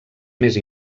més